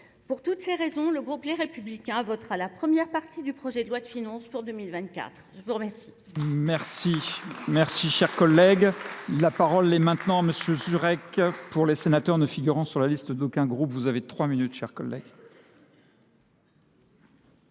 Pour toutes ces raisons, le groupe Les Républicains votera la première partie du projet de loi de finance pour 2024. Je vous remercie. Merci. Merci, cher collègue. La parole est maintenant à monsieur Jurek. Pour les sénateurs ne figurant sur la liste d'aucun groupe, vous avez trois minutes, cher collègue.